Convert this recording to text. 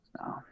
no